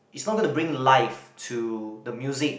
is not going to bring life to the music